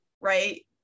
right